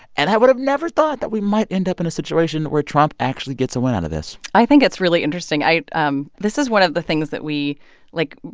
and i would have never thought that we might end up in a situation where trump actually gets a win out of this i think it's really interesting. um this is one of the things that we like,